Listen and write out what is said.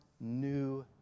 new